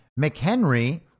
McHenry